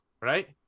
right